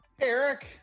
Eric